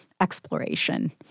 exploration